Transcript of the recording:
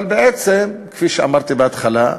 אבל בעצם, כפי שאמרתי בהתחלה,